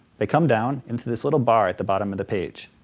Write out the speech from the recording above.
they come down into this little bar at the bottom of the page.